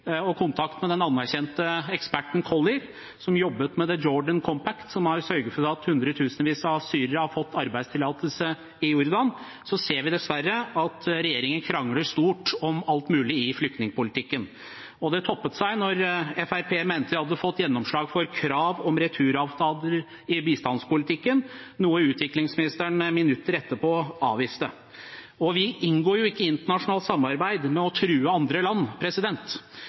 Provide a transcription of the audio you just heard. og kontakt med den anerkjente eksperten Collier, som jobbet med the Jordan Compact, som har sørget for at hundretusenvis av syrere har fått arbeidstillatelse i Jordan, ser vi dessverre at regjeringen krangler stort om alt mulig i flyktningpolitikken. Det toppet seg da Fremskrittspartiet mente de hadde fått gjennomslag for krav om returavtaler i bistandspolitikken, noe utviklingsministeren minutter etterpå avviste, og vi inngår jo ikke internasjonalt samarbeid med å true andre land.